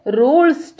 rules